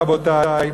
רבותי,